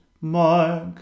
mark